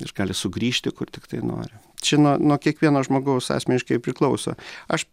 ir gali sugrįžti kur tiktai nori čia nuo nuo kiekvieno žmogaus asmeniškai ir priklauso aš